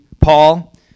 Paul